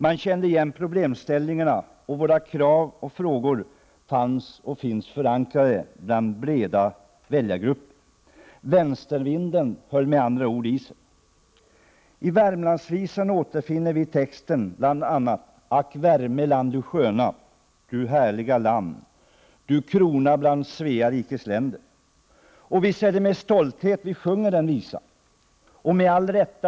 Man kände igen problemställningarna, och våra krav och frågor fanns, och finns, förankrade hos breda väljargrupper. Vänstervinden höll med andra ord i sig. I Värmlandsvisan återfinner vi i texten bl.a.: ”Ack Värmeland, du sköna, du härliga land, du krona bland Svea rikes länder!” Visst är det med stolthet vi sjunger den visan, och det med all rätt.